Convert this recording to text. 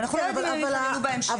ואנחנו לא יודעים אם יתמודדו בהמשך.